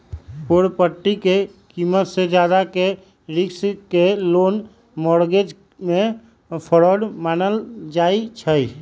property के कीमत से जादा के राशि के लोन मोर्गज में फरौड मानल जाई छई